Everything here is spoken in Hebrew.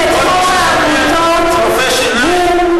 כל מי ששומע "רופא שיניים" יש לו תחושות לא טובות,